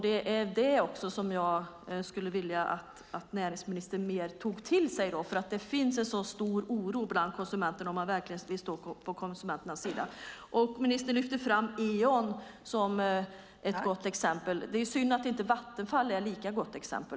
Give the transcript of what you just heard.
Det skulle jag vilja att näringsministern mer tar till sig - det finns en så stor oro bland konsumenterna - om man verkligen vill stå på konsumenternas sida. Ministern lyfter fram EON som ett gott exempel. Det är synd att inte Vattenfall är ett lika gott exempel.